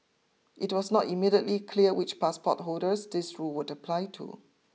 it was not immediately clear which passport holders this rule would apply to